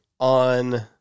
On